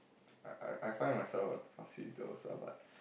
I I I find myself a fussy eater also ah but